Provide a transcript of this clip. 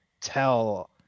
tell